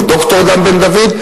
או ד"ר דן בן-דוד,